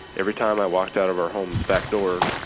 every time i walked out of our home's back door,